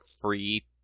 free